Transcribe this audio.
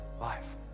life